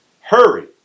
hurry